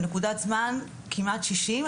בנקודת זמן כמעט ששים,